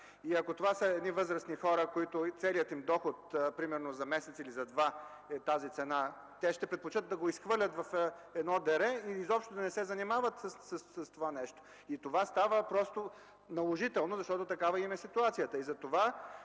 И ако това са едни възрастни хора, които целият им доход за месец или за два, е тази цена, те ще предпочетат да го изхвърлят в едно дере и изобщо да не се занимават с това нещо. Това става просто наложително, защото такава им е ситуацията.